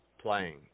playing